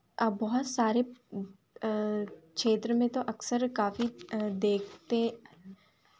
अब बहुत सारे क्षेत्र में तो अक्सर काफ़ी देखते